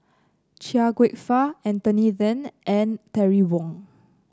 Chia Kwek Fah Anthony Then and Terry Wong